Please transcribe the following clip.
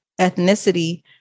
ethnicity